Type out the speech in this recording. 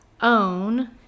own